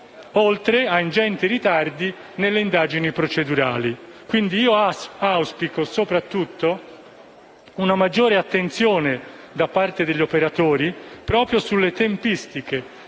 oltre a ingenti ritardi nelle indagini procedurali. Pertanto auspico soprattutto una maggiore attenzione da parte degli operatori proprio sulle tempistiche,